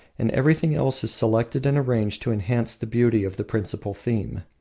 and everything else is selected and arranged to enhance the beauty of the principal theme.